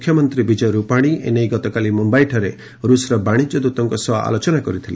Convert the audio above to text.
ମୁଖ୍ୟମନ୍ତ୍ରୀ ବିଜୟ ରୂପାଣୀ ଏ ନେଇ ଗତକାଲି ମୁମ୍ଭାଇଠାରେ ରୁଷର ବାଶିଜ୍ୟ ଦୃତଙ୍କ ସହ ଆଲୋଚନା କରିଥିଲେ